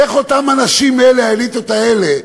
איך אותם אנשים, האליטות האלה,